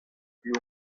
you